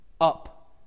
Up